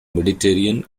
mediterranean